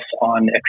on